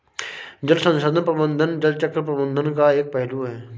जल संसाधन प्रबंधन जल चक्र प्रबंधन का एक पहलू है